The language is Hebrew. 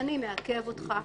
אני מעכב אותך,